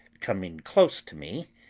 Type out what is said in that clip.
coming close to me,